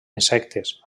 insectes